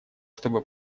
чтобы